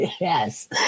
Yes